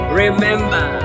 remember